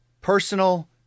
personal